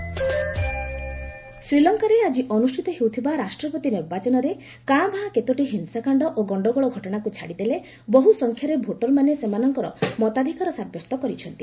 Sri Lanka election ଶ୍ରୀଲଙ୍କାରେ ଆଜି ଅନୁଷ୍ଠିତ ରାଷ୍ଟ୍ରପତି ନିର୍ବାଚନରେ କାଁ ଭାଁ କେତୋଟି ହିଂସାକାଶ୍ଡ ଓ ଗଶ୍ତଗୋଳ ଘଟଣାକୁ ଛାଡ଼ିଦେଲେ ବହୁ ସଂଖ୍ୟାରେ ଭୋଟରମାନେ ସେମାନଙ୍କର ମତାଧିକାର ସାବ୍ୟସ୍ତ କରିଛନ୍ତି